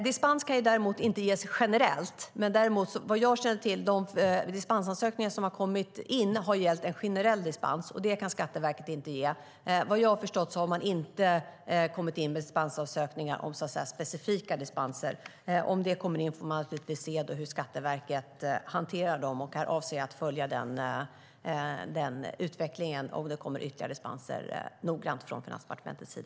Dispens kan däremot inte ges generellt. De dispensansökningar som har kommit in har, vad jag känner till, gällt en generell dispens. Det kan Skatteverket inte ge. Vad jag har förstått har man inte kommit in med dispensansökningar som gäller specifika dispenser. Om sådana kommer in får man se hur Skatteverket hanterar dem. Jag avser att följa denna utveckling noga från Finansdepartementets sida om det kommer ytterligare dispenser.